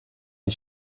die